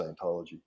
Scientology